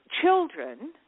children